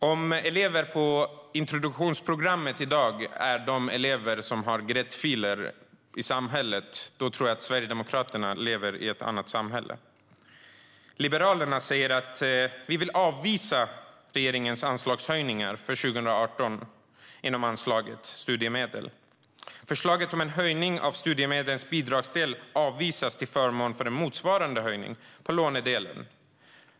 Om elever på introduktionsprogrammet i dag är de elever som har gräddfiler i samhället tror jag att Sverigedemokraterna lever i ett annat samhälle. Liberalerna säger: "Liberalerna avvisar regeringens anslagshöjningar för 2018 inom anslaget 1:2 Studiemedel - Förslaget om en höjning av studiemedlens bidragsdel avvisas till förmån för en motsvarande höjning av studiemedlens lånedel."